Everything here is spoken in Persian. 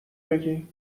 بگی